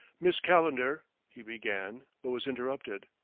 miss calendar he began but was interrupted.